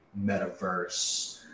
metaverse